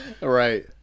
Right